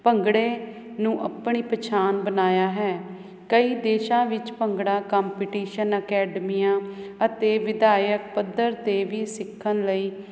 ਭੰਗੜੇ ਨੂੰ ਆਪਣੀ ਪਛਾਣ ਬਣਾਇਆ ਹੈ ਕਈ ਦੇਸ਼ਾਂ ਵਿੱਚ ਭੰਗੜਾ ਕੰਪੀਟੀਸ਼ਨ ਅਕੈਡਮੀਆਂ ਅਤੇ ਵਿਧਾਇਕ ਪੱਧਰ 'ਤੇ ਵੀ ਸਿੱਖਣ ਲਈ